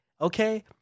okay